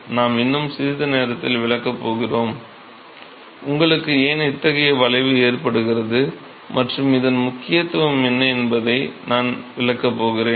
நாம் இன்னும் சிறிது நேரத்தில் விளக்கப் போகிறோம் உங்களுக்கு ஏன் இத்தகைய வளைவு ஏற்படுகிறது மற்றும் இதன் முக்கியத்துவம் என்ன என்பதை நான் விளக்கப் போகிறேன்